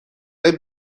های